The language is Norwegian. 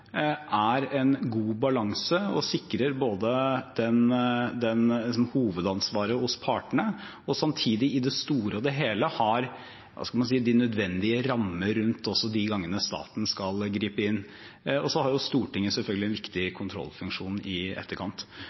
en god balanse og sikrer både hovedansvaret hos partene og samtidig, i det store og hele, har de nødvendige rammer rundt også de gangene staten skal gripe inn. Og så har Stortinget selvfølgelig en viktig kontrollfunksjon i etterkant.